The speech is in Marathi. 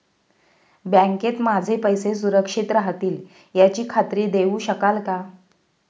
बँकेत माझे पैसे सुरक्षित राहतील याची खात्री देऊ शकाल का?